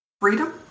Freedom